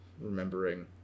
remembering